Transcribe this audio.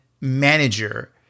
manager